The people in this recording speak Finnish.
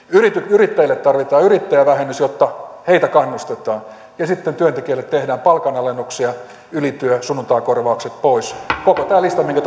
yrittäjille tarvitaan yrittäjävähennys jotta heitä kannustetaan ja sitten työntekijälle tehdään palkanalennuksia ylityö ja sunnuntaikorvaukset pois koko tämä lista minkä